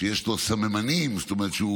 שיש לו סממנים, זאת אומרת שהוא